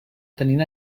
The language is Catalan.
tenint